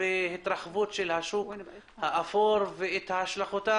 בהנחיות מאוד מקצועיות וממוקדות כנגד כל התופעות